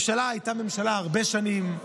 הייתה ממשלה הרבה שנים.